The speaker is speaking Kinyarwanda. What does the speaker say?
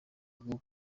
bwo